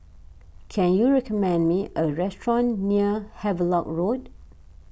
can you recommend me a restaurant near Havelock Road